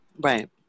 right